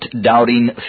doubting